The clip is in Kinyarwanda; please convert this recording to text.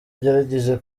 ugerageze